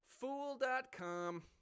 Fool.com